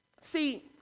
see